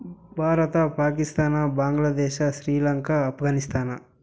Bharat Pakistan Bangladesh Sri Lanka Afghanistan